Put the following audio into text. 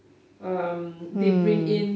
um they bring in